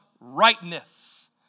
rightness